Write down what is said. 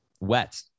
wet